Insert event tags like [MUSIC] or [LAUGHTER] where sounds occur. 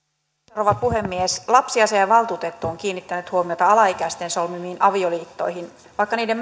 rouva puhemies lapsiasiavaltuutettu on kiinnittänyt huomiota alaikäisten solmimiin avioliittoihin vaikka niiden [UNINTELLIGIBLE]